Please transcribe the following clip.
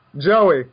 Joey